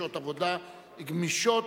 שעות גמישות),